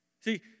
See